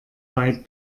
weit